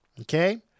Okay